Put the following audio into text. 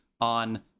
on